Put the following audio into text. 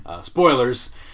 spoilers